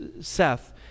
Seth